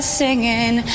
singing